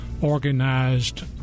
organized